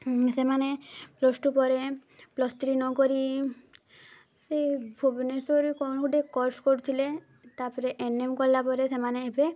ସେମାନେ plus two ପରେ plus three ନକରି ସେ ଭୁବନେଶ୍ୱରରେ କ'ଣ ଗୋଟେ କୋର୍ସ କରୁଥିଲେ ତା'ପରେ ଏନ ଏମ କଲା ପରେ ସେମାନେ ଏବେ